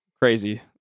Crazy